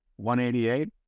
188